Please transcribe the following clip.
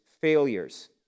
failures